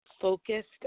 focused